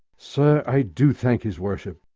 sir, i do thank his worship.